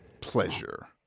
Pleasure